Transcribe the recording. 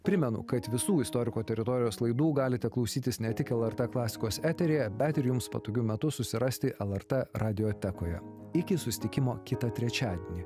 primenu kad visų istoriko teritorijos laidų galite klausytis ne tik lrt klasikos eteryje bet ir jums patogiu metu susirasti lrt radiotekoje iki susitikimo kitą trečiadienį